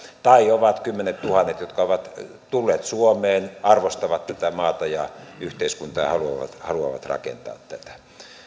tai on kymmeniätuhansia jotka ovat tulleet suomeen arvostavat tätä maata ja yhteiskuntaa ja haluavat rakentaa tätä